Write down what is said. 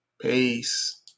Peace